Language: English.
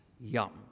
Yum